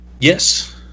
Yes